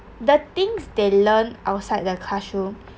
the things they learn outside the classroom